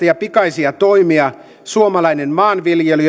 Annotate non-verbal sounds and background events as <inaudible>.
<unintelligible> ja pikaisia toimia suomalainen maanviljely <unintelligible>